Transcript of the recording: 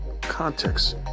context